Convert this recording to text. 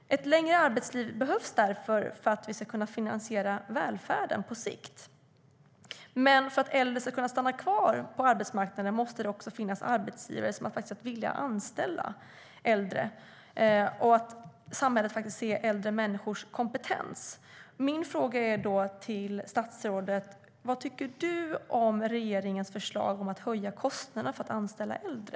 Ett längre arbetsliv behövs därför för att vi ska kunna finansiera välfärden på sikt. Men för att äldre ska kunna stanna kvar på arbetsmarknaden måste det även finnas arbetsgivare som är villiga att anställa äldre. Samhället måste också se äldre människors kompetens. Min fråga till statsrådet är: Vad tycker du om regeringens förslag om att höja kostnaderna för att anställa äldre?